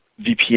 VPN